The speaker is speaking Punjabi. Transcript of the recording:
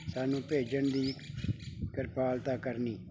ਸਾਨੂੰ ਭੇਜਣ ਦੀ ਕ੍ਰਿਪਾਲਤਾ ਕਰਨੀ